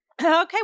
Okay